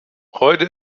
heute